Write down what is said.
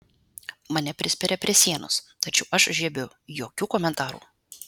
mane prispiria prie sienos tačiau aš žiebiu jokių komentarų